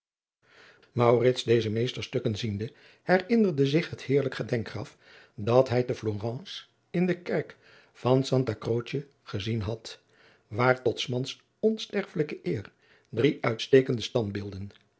deze meesterstukken ziende herinnerde zich het heerlijk gedenkgraf dat hij te florence in de kerk van santa croce gezien had waar tot s mans onsterfelijke eer drie uitstekende standbeelden